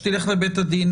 שתלך לבית הדין